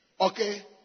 Okay